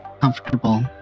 Comfortable